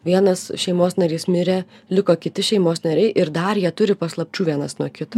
vienas šeimos narys mirė liko kiti šeimos nariai ir dar jie turi paslapčių vienas nuo kito